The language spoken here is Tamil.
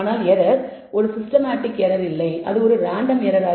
ஆனால் எரர் ஒரு சிஸ்டமேட்டிக் எரர் இல்லை அது ஒரு ரேண்டம் எரர்